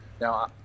Now